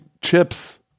chips